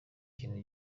kintu